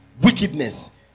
wickedness